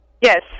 yes